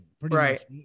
Right